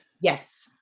Yes